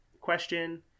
question